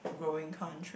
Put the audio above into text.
growing country